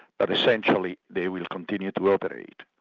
but essentially they will continue to operate.